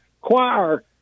Choir